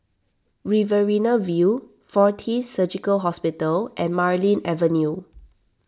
Riverina View fortis Surgical Hospital and Marlene Avenue